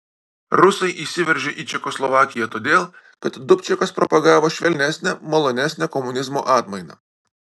rusai įsiveržė į čekoslovakiją todėl kad dubčekas propagavo švelnesnę malonesnę komunizmo atmainą